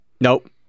Nope